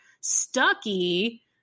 Stucky